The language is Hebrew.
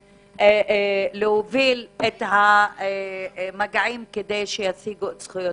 להוביל את המגעים כדי שישיגו זכויותיהן.